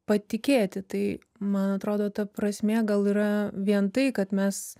patikėti tai man atrodo ta prasmė gal yra vien tai kad mes